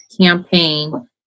campaign